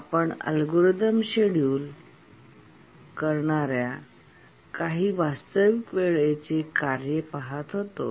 आपण algorithm schedule करणार्या काही वास्तविक वेळेची कार्ये पहात होतो